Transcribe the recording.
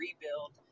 rebuild